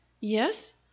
Yes